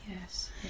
Yes